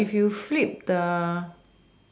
but if you flip the